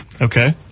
Okay